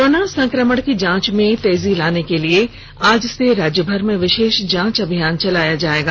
corona संक्रमण की जांच में तेजी लाने के लिए आज से राज्य भर में विशेष जांच अभियान चलाया जाएगा